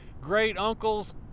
great-uncles